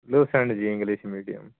ਲੋਅਸੈਂਡ ਜੀ English medium